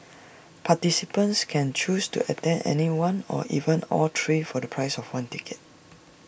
participants can choose to attend any one or even all three for the price of one ticket